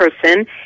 person